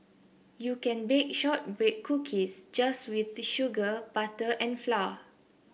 you can bake shortbread cookies just with sugar butter and flour